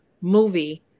movie